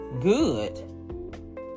Good